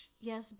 Yes